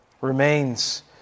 remains